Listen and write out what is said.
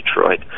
Detroit